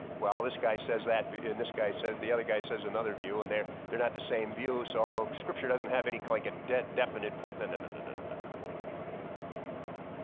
well, this guy says that and this guy said, the other guy says another view and they're they're not the same view. so scripture doesn't have any like definite point. and and and and and and and and and no no no